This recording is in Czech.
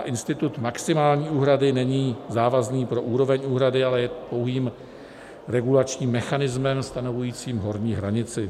Institut maximální úhrady není závazný pro úroveň úhrady, ale je pouhým regulačním mechanismem stanovujícím horní hranici.